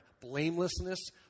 blamelessness